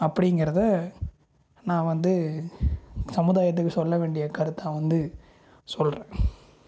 அப்படிங்கிறதை நான் வந்து சமுதாயத்துக்கு சொல்ல வேண்டிய கருத்தாக வந்து சொல்கிறேன்